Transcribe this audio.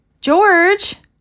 George